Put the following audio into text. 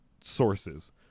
sources